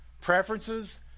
preferences